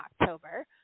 October